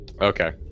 Okay